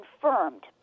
confirmed